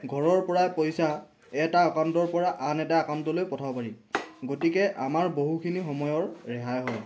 ঘৰৰ পৰাই পইচা এটা একাউণ্টৰ পৰা আন এটা একাউণ্টলৈ পঠাব পাৰি গতিকে আমাৰ বহুখিনি সময়ৰ ৰেহাই হয়